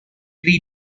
pre